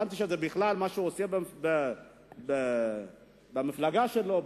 הבנתי מה הוא עושה במפלגה שלו,